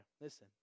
listen